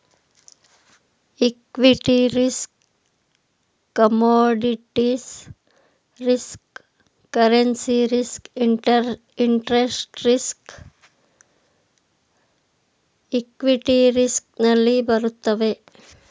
equity risk commodities risk currency risk interest risk equity risk ನಲ್ಲಿ ಬರುತ್ತವೆ